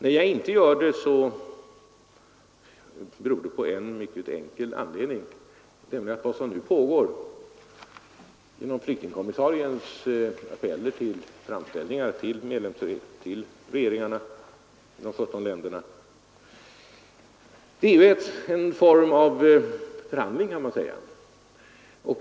När jag inte gör det så har detta en mycket enkel anledning, nämligen att vad som nu pågår — genom flyktingkommissariens framställningar till regeringarna i de 17 länderna — är en form av förhandling.